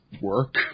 work